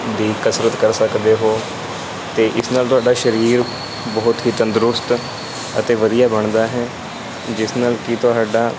ਦੀ ਕਸਰਤ ਕਰ ਸਕਦੇ ਹੋ ਅਤੇ ਇਸ ਨਾਲ ਤੁਹਾਡਾ ਸਰੀਰ ਬਹੁਤ ਹੀ ਤੰਦਰੁਸਤ ਅਤੇ ਵਧੀਆ ਬਣਦਾ ਹੈ ਜਿਸ ਨਾਲ ਕਿ ਤੁਹਾਡਾ